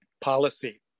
policy